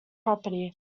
property